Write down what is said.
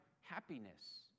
happiness